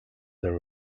their